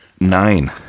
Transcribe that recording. nine